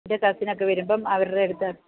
എൻ്റെ കസിനൊക്കെ വരുമ്പോള് അവരുടെ അടുത്ത്